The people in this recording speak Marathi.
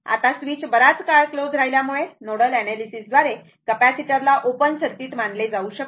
आता स्विच बराच काळ क्लोज राहिल्यामुळे नोडल एनालिसिस द्वारे कॅपेसिटरला ओपन सर्किट मानले जाऊ शकते